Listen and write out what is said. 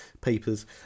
papers